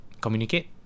communicate